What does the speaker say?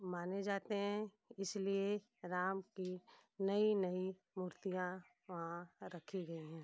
माने जाते हैं इसलिए राम की नई नई मूर्तियाँ वहाँ रखी गई हैं